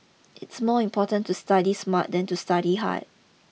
it's more important to study smart than to study hard